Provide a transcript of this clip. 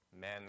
men